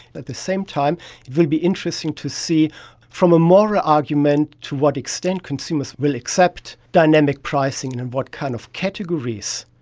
at the same time it will be interesting to see from a moral argument to what extent consumers will accept dynamic pricing and in what kind of categories.